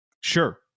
Sure